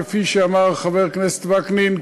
כפי שאמר חבר הכנסת וקנין,